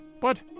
but